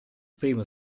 primo